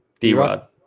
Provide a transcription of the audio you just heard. D-Rod